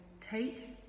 take